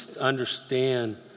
understand